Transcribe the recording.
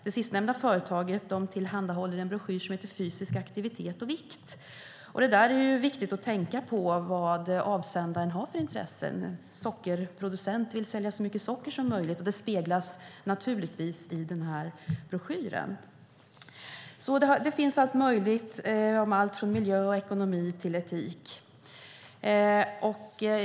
Det sistnämnda företaget tillhandahåller en broschyr som heter Fysisk aktivitet och vikt . Det är viktigt att tänka på vilka intressen avsändaren har. En sockerproducent vill sälja så mycket socker som möjligt, och det speglas naturligtvis i broschyren. Det finns allt möjligt - allt från miljö och ekonomi till etik.